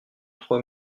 trois